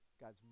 God's